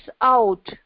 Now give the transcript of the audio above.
out